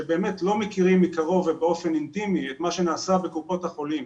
שבאמת לא מכירים מקרוב ובאופן אינטימי את מה שנעשה בקופות החולים,